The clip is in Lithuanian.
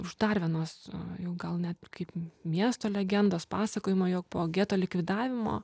už dar vienos jau gal net kaip miesto legendos pasakojimo jog po geto likvidavimo